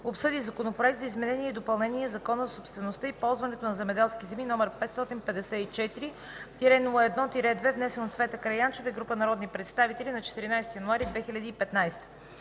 обсъди Законопроекта за изменение и допълнение на Закона за собствеността и ползването на земеделски земи, № 554-01-2, внесен от Цвета Караянчева и група народни представители на 14 януари 2015